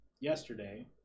yesterday